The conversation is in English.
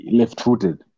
left-footed